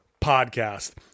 podcast